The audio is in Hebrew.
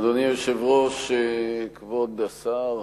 אדוני היושב-ראש, כבוד השר,